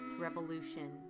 revolution